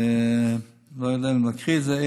אני מקריא את זה: